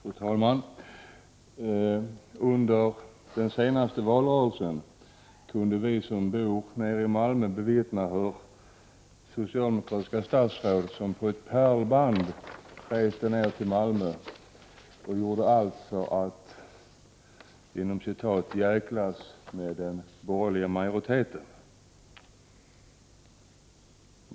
Fru talman! Under den senaste valrörelsen kunde vi som bor i Malmö bevittna hur socialdemokratiska statsråd som på ett pärlband reste ner till Malmö och gjorde allt för att ”jäklas” med den borgerliga majoriteten.